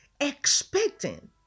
expecting